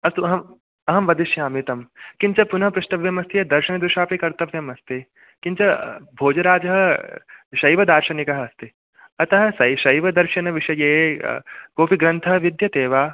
अस्तु अहम् अहं वदिष्यामि तम् किञ्च पुनः पृष्टव्यमस्ति दर्शनदृशापि कर्तव्यमस्ति किञ्च भोजराजः शैवदार्शनिकः अस्ति अतः शैवदर्शनविषये कोऽपि ग्रन्थः विद्यते वा